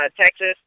Texas